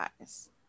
eyes